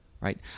right